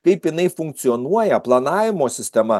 kaip jinai funkcionuoja planavimo sistema